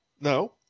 No